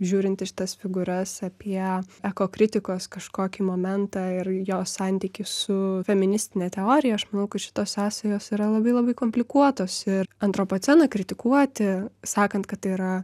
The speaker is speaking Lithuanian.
žiūrint iš tas figūras apie ekokritikos kažkokį momentą ir jo santykį su feministine teorija aš manau kad šitos sąsajos yra labai labai komplikuotos ir antropoceną kritikuoti sakant kad tai yra